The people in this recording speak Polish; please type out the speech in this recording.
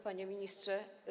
Panie Ministrze!